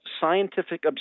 scientific